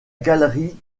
galerie